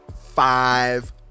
five